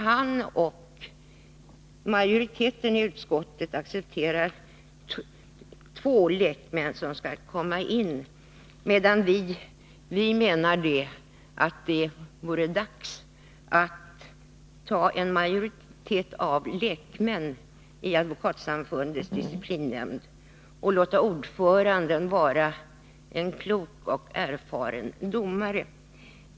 Han och majoriteten i utskottet accepterar att två lekmän kommer in i nämnden, medan vi menar att det är dags att ha majoritet av lekmän i Advokatsamfundets disciplinnämnd och låta en klok och erfaren domare vara ordförande.